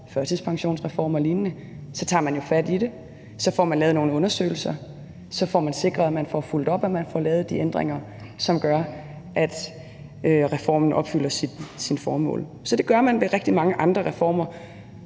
førtidspensionsreform og lignende, så tager man fat i det, så får man lavet nogle undersøgelser, så får man sikret, at man får fulgt op, og at man får lavet de ændringer, som gør, at reformen opfylder sit formål. Så det gør man ved rigtig mange andre reformer.